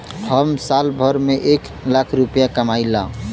हम साल भर में एक लाख रूपया कमाई ला